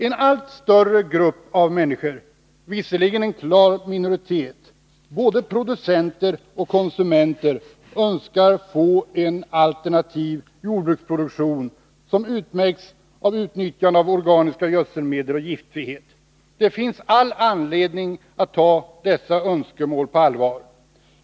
En allt större grupp av människor, visserligen en klar minoritet, både producenter och konsumenter, önskar få en alternativ jordbruksproduktion som utmärks av utnyttjande av organiska gödselmedel och giftfrihet. Det finns all anledning att ta dessa önskemål på allvar.